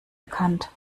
erkannt